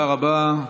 תודה רבה.